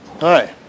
Hi